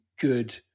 good